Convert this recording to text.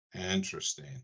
interesting